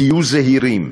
תהיו זהירים.